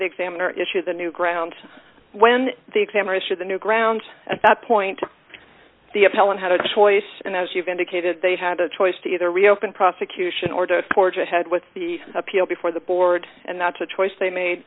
the examiner issued the new ground when the examination of the new ground at that point the appellant had a choice and as you've indicated they had a choice to either reopen prosecution or to forge ahead with the appeal before the board and that's a choice they made